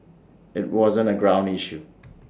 IT wasn't A ground issue